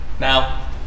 Now